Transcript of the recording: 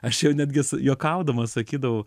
aš čia jau netgis juokaudamas sakydavau